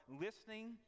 listening